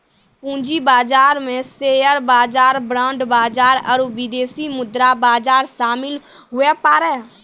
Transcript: पूंजी बाजार मे शेयर बाजार बांड बाजार आरू विदेशी मुद्रा बाजार शामिल हुवै पारै